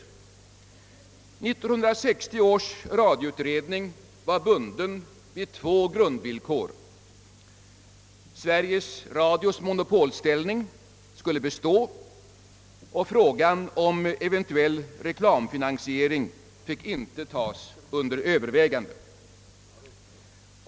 1960 års radioutredning var bunden av två grundvillkor: Sveriges Radios monopolställning skulle bestå, och frågan om eventuell reklamfinansiering fick inte tas upp till övervägande.